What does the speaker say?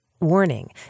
Warning